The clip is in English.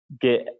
get